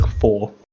four